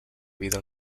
vida